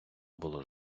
було